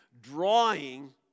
drawing